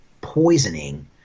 poisoning